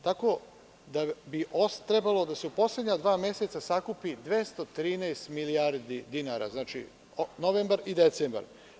Tako da bi trebalo da se poslednja dva meseca sakupi 213 milijardi dinara, znači, novembar i decembar.